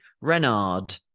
Renard